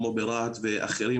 כמו ברהט ואחרים,